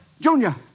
Junior